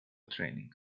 training